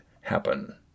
happen